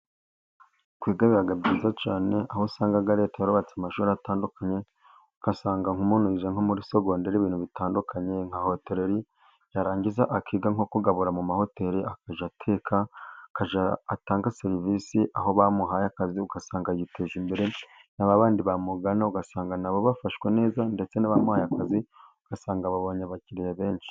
Kwiga biba byiza cyane, aho usanga Leta yarubatse amashuri atandukanye. Ugasanga nk'umuntu yize nko muri sogonderi ibintu bitandukanye nka hotereri, yarangiza akiga nko kugabura mu mahoteli, akajya ateka akajya atanga serivisi aho bamuhaye akazi. Ugasanga yiteje imbere na ba bandi bamugana ugasanga nabo bafashwe neza, ndetse n'abamuhaye akazi ugasanga babonye abakiriya benshi.